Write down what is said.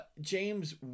James